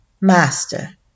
Master